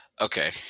okay